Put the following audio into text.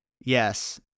yes